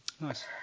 Nice